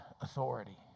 authority